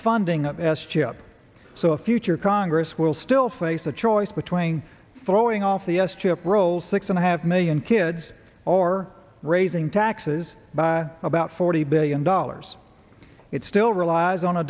funding of s chip so a future congress will still face a choice between throwing off the s chip roll six and a half million kids or raising taxes by about forty billion dollars it still relies on a